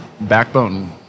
Backbone